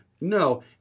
No